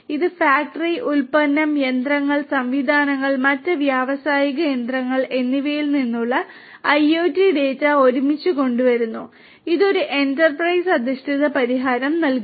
ഇത് ഫാക്ടറി ഉൽപ്പന്നം യന്ത്രങ്ങൾ സംവിധാനങ്ങൾ മറ്റ് വ്യാവസായിക യന്ത്രങ്ങൾ എന്നിവയിൽ നിന്നുള്ള IoT ഡാറ്റ ഒരുമിച്ച് കൊണ്ടുവരുന്നു ഇത് ഒരു എന്റർപ്രൈസ് അധിഷ്ഠിത പരിഹാരം നൽകുന്നു